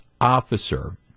officer